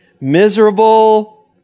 Miserable